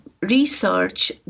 research